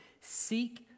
Seek